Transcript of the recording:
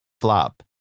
flop